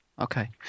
Okay